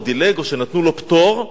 או שדילג או שנתנו לו פטור,